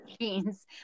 jeans